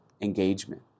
engagement